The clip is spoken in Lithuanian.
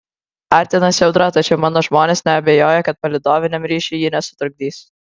artinasi audra tačiau mano žmonės neabejoja kad palydoviniam ryšiui ji nesutrukdys